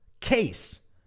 case